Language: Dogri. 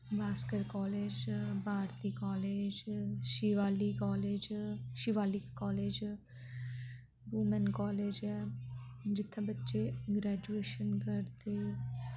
Bhaskar college Bharati college Shivalik college Shivalik college women college ऐ जित्थें बच्चे ग्रैजुएशन करदे